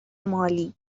مالی